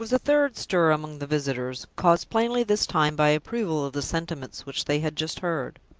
there was a third stir among the visitors caused plainly this time by approval of the sentiments which they had just heard.